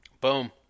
Boom